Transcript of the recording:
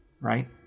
right